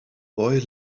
boy